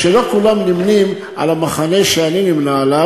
ולא כולם נמנים עם המחנה שאני נמנה עמו